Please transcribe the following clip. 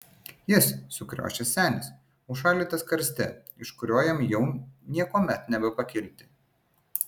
jis sukriošęs senis užšaldytas karste iš kurio jam jau niekuomet nebepakilti